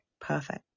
perfect